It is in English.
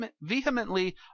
vehemently